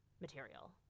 material